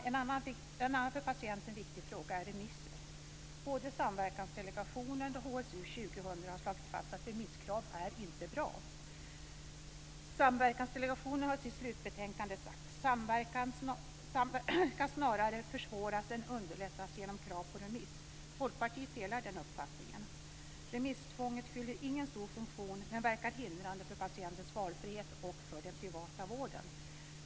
En annan för patienten viktig fråga är remisser. Både Samverkansdelegationen och HSU 2000 har slagit fast att remisskrav inte är bra. Samverkansdelegationen har i sitt slutbetänkande sagt att "samverkan snarare försvåras än underlättas genom krav på remiss". Folkpartiet delar den uppfattningen. Remisstvånget fyller ingen stor funktion men verkar hindrande för patientens valfrihet och för den privata vården.